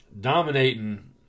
Dominating